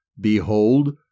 Behold